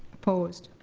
opposed?